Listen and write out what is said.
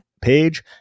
page